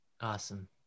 Awesome